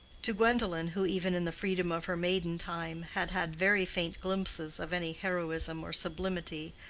to gwendolen, who even in the freedom of her maiden time, had had very faint glimpses of any heroism or sublimity,